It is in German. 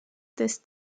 des